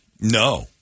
No